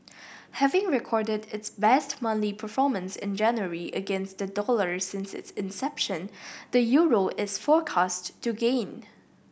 having recorded its best monthly performance in January against the dollar since its inception the Euro is forecast to gain